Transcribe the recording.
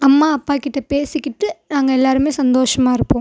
அம்மா அப்பாகிட்ட பேசிக்கிட்டு நாங்கள் எல்லாருமே சந்தோஷமாக இருப்போம்